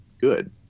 good